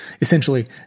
Essentially